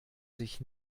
sich